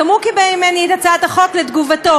גם הוא קיבל ממני את הצעת החוק לתגובתו.